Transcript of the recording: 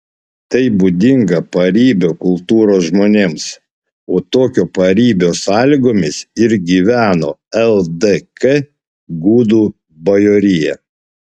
tai būdinga paribio kultūros žmonėms o tokio paribio sąlygomis ir gyveno ldk gudų bajorija